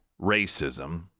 racism